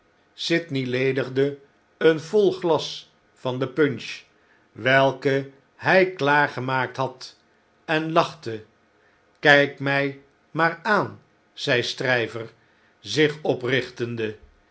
sydney ledigde een vol glas van de punch welke hij klaargemaakt had en lachte kijk mij maar aan zei stryver zich oprichtende